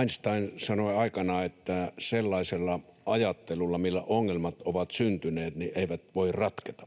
Einstein sanoi aikanaan, että sellaisella ajattelulla, millä ongelmat ovat syntyneet, ne eivät voi ratketa.